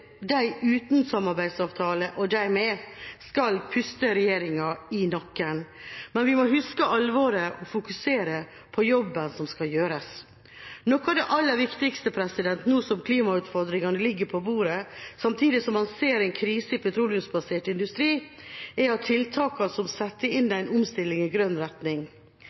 de uten samarbeidsavtale og de med, skal puste regjeringa i nakken. Men vi må huske alvoret og fokusere på jobben som skal gjøres. Noe av det aller viktigste nå som klimautfordringene ligger på bordet samtidig som man ser en krise i petroleumsbasert industri, er at tiltakene som settes inn, er en omstilling i grønn retning.